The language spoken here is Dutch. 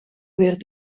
weer